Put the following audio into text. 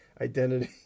Identity